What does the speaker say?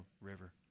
river